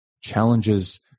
challenges